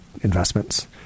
investments